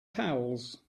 pals